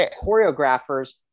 choreographers